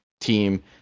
team